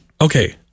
okay